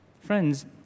Friends